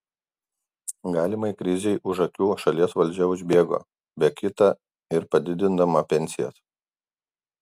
galimai krizei už akių šalies valdžia užbėgo be kita ir padidindama pensijas